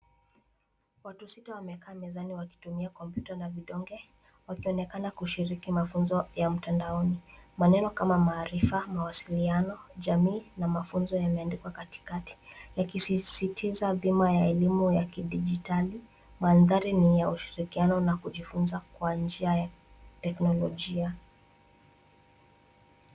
Watu sita wamekaa mezani wakitumia kompyuta na vidonge. Wakionekana kushiriki mafunzo ya mtandaoni. Maneno kama maarifa, mawasiliano, jamii na mafunzo yameandikwa katikati. Yakisisitiza bima ya elimu ya kidigitali. Mandhari ni ya ushirikiano na kujifunza kwa njia ya teknolojia.